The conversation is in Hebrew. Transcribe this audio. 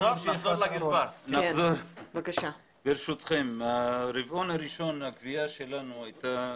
70,000. ברבעון הראשון הגבייה שלנו הייתה